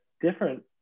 different